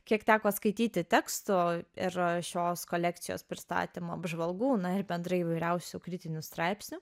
kiek teko skaityti teksto ir šios kolekcijos pristatymo apžvalgų na ir bendrai įvairiausių kritinių straipsnių